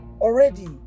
already